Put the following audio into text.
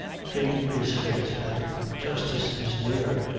fate is fate, and justice is near.